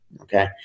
okay